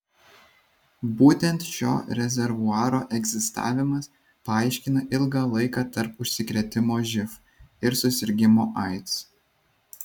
būtent šio rezervuaro egzistavimas paaiškina ilgą laiką tarp užsikrėtimo živ ir susirgimo aids